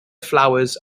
flowers